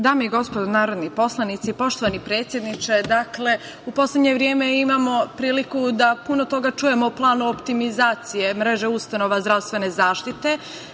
Dame i gospodo narodni poslanici, poštovani predsedniče, dakle, u poslednje vreme imamo priliku da puno toga čujemo o planu optimizacije mreže ustanova zdravstvene zaštite